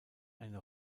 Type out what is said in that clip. eine